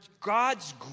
God's